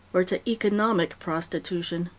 or to economic prostitution.